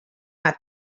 had